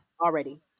Already